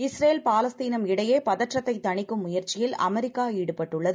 Israel பாலஸ்தீனம்இடையேபதற்றத்தைதணிக்கும்முயற்சியில்அமெரிக்காஈ டுபட்டுள்ளது